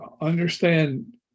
understand